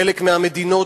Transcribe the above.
חלק מהמדינות